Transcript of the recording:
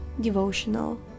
devotional